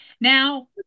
Now